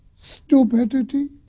stupidity